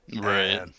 Right